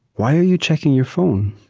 why are you checking your phone?